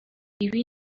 ibi